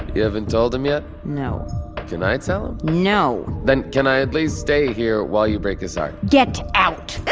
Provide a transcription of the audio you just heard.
you haven't told him, yet? no can i tell him? no then can i at least stay here while you break his heart? get. out!